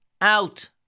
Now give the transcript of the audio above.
Out